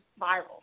viral